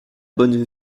bonne